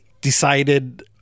decided